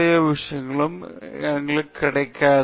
ஓ விஷயங்கள் எங்கும் கிடைக்காது